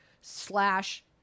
slash